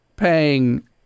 Paying